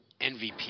MVP